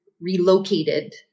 relocated